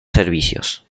servicios